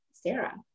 Sarah